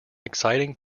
exciting